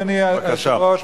אדוני היושב-ראש,